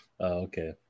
okay